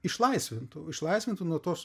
išlaisvintų išlaisvintų nuo tos